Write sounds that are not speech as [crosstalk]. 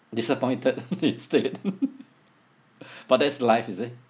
disappointed [laughs] instead [laughs] but that's life you see